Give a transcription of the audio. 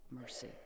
mercy